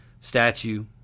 statue